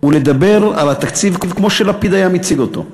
ולדבר על התקציב, כמו שלפיד היה מציג אותו.